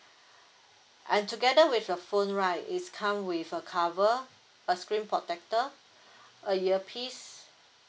and together with your phone right it's come with a cover a screen protector a earpiece